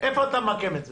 איפה אתה ממקם את זה?